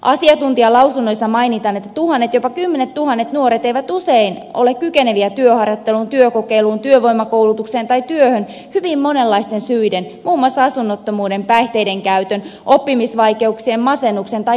asiantuntijalausunnoissa mainitaan että tuhannet jopa kymmenet tuhannet nuoret eivät usein ole kykeneviä työharjoitteluun työkokeiluun työvoimakoulutukseen tai työhön hyvin monenlaisten syiden muun muassa asunnottomuuden päihteiden käytön oppimisvaikeuksien masennuksen tai jännittämisen takia